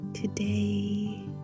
Today